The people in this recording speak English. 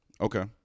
Okay